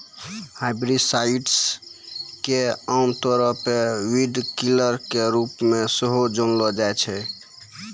herbicides के आमतौरो पे वीडकिलर के रुपो मे सेहो जानलो जाय छै